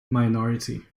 minority